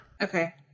okay